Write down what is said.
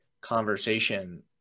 conversation